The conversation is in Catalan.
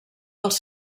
dels